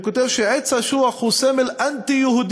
הוא כותב שעץ האשוח הוא סמל אנטי-יהודי,